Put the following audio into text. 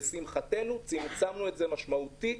לשמחתנו צמצמנו את זה משמעותית.